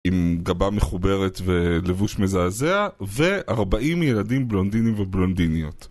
עם גבה מחוברת ולבוש מזעזע ו40 ילדים בלונדינים ובלונדיניות